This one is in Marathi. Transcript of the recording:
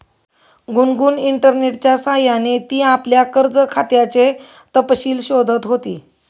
गुनगुन इंटरनेटच्या सह्याने ती आपल्या कर्ज खात्याचे तपशील शोधत होती